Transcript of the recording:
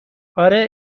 آره